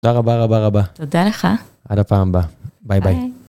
תודה רבה רבה רבה. תודה לך. עד הפעם הבאה. ביי ביי.